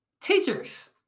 Teachers